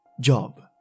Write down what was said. Job